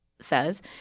says